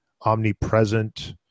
omnipresent